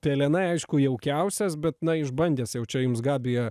pelenai aišku jaukiausias bet na išbandęs jau čia jums gabija